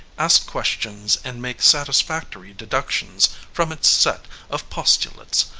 ask questions and make satisfactory deductions from its set of postulates,